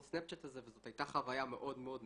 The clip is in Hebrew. סנאפצ'אט וזאת הייתה חוויה מאוד מאוד מיוחדת.